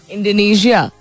Indonesia